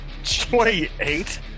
28